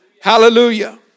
Hallelujah